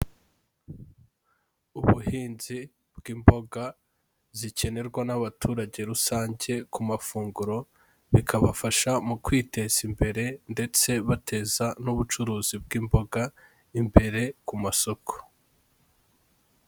Ubuhinzi bw'imboga zikenerwa n'abaturage rusange ku mafunguro, bikabafasha mu kwiteza imbere ndetse bateza n'ubucuruzi bw'imboga imbere ku masoko.